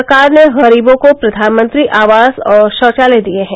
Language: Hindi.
सरकार ने गरीबों को प्रधानमंत्री आवास और शौचालय दिये हैं